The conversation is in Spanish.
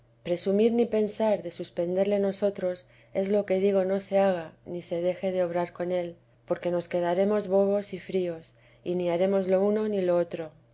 presumir ni pensar de suspenderle nosotros es lo que digo no se haga ni se deje de obrar con él porque nos quedaremos bobos y fríos y ni haremos lo uno ni lo otro